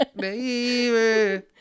Baby